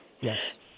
Yes